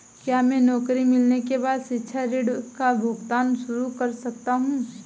क्या मैं नौकरी मिलने के बाद शिक्षा ऋण का भुगतान शुरू कर सकता हूँ?